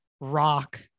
rock